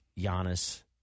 Giannis